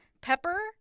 Pepper